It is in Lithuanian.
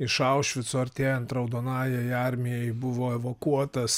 iš aušvico artėjant raudonajai armijai buvo evakuotas